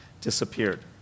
disappeared